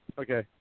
Okay